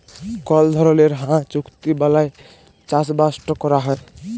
call ধরলের হাঁ চুক্তি বালায় চাষবাসট ক্যরা হ্যয়